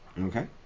okay